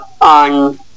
on